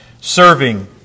serving